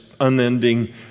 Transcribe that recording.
unending